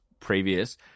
Previous